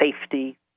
safety